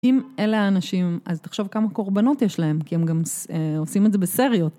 אם אלה האנשים, אז תחשוב כמה קורבנות יש להם, כי הם גם עושים את זה בסריות.